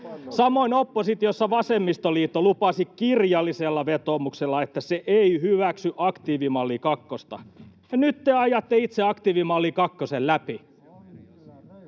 Samoin oppositiossa vasemmistoliitto lupasi kirjallisella vetoomuksella, että se ei hyväksy aktiivimalli kakkosta, ja nyt te ajatte itse aktiivimalli kakkosen läpi.